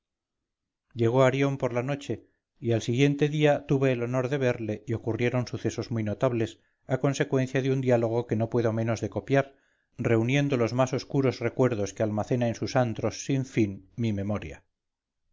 llegó arión por la noche y al siguiente día tuve el honor de verle y ocurrieron sucesos muy notables a consecuencia de un diálogo que no puedo menos de copiar reuniendo los más oscuros recuerdos que almacena en sus antros sin fin mi memoria